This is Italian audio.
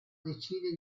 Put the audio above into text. decide